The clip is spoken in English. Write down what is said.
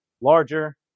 larger